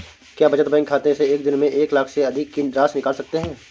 क्या बचत बैंक खाते से एक दिन में एक लाख से अधिक की राशि निकाल सकते हैं?